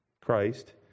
Christ